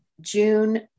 June